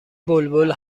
بلبل